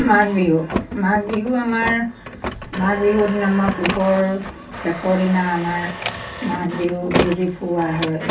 মাঘ বিহু মাঘ বিহু আমাৰ মাঘ বিহুৰ দিনা আমাৰ পুহৰ শেষৰ দিনা আমাৰ মাঘ বিহু মেজি ফুওৱা হয়